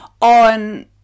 on